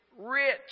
rich